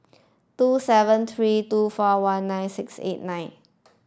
two seven three two four one nine six eight nine